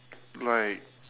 like